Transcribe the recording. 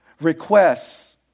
requests